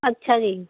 ਅੱਛਾ ਜੀ